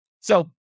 So-